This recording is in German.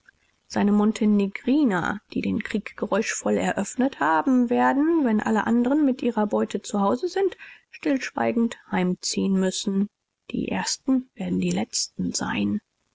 seine montenegriner die den krieg geräuschvoll eröffnet haben werden wenn alle anderen mit ihrer beute zu hause sind stillschweigend heimziehen müssen die ersten werden die letzten sein